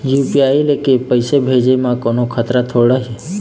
UPI ले पैसे भेजे म कोन्हो खतरा थोड़ी हे?